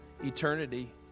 eternity